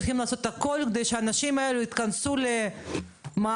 שנה שנייה זה עוד בסדר.